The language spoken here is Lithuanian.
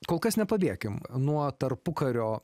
kol kas nepabėkim nuo tarpukario